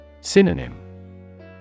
Synonym